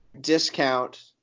discount